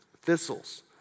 Thistles